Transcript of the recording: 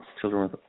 children